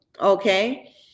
okay